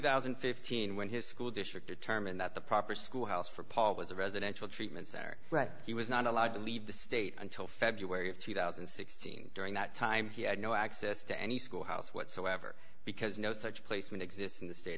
thousand and fifteen when his school district determined that the proper schoolhouse for paul was a residential treatment center right he was not allowed to leave the state until february of two thousand and sixteen during that time he had no access to any schoolhouse whatsoever because no such placement exists in the state